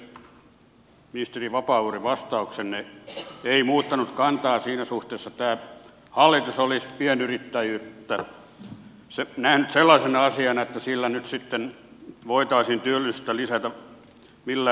ministeri vapaavuori vastauksenne ei muuttanut kantaa siinä suhteessa että tämä hallitus olisi pienyrittäjyyttä nähnyt sellaisena asiana että sillä nyt sitten voitaisiin työllisyyttä lisätä millään lailla